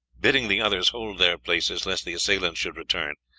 bidding the others hold their places lest the assailants should return,